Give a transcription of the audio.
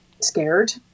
scared